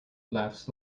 laughs